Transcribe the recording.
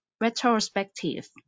retrospective